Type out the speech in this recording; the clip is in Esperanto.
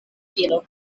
filo